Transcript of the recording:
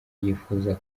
yifuza